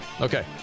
okay